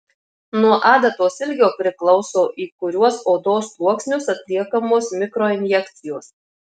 nuo adatos ilgio priklauso į kuriuos odos sluoksnius atliekamos mikroinjekcijos